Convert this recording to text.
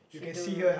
she do